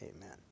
Amen